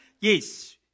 yes